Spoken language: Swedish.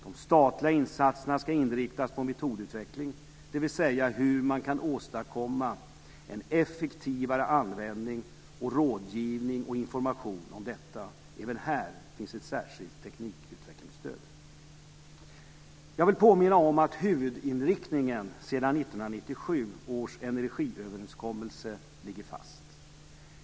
De statliga insatserna ska inriktas på metodutveckling, dvs. hur man kan åstadkomma en effektivare användning, rådgivning och information om detta. Även här finns ett särskilt teknikutvecklingsstöd. Jag vill påminna om att huvudinriktningen sedan 1997 års energiöverenskommelse ligger fast.